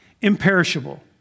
imperishable